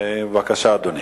בבקשה, אדוני.